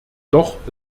doch